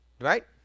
Right